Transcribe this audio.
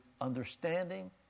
understanding